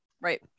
right